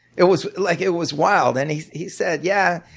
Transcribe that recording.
it was like it was wild. and he he said yeah,